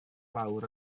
lawr